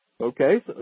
Okay